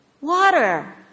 Water